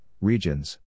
regions